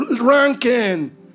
ranking